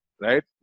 right